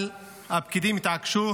אבל הפקידים התעקשו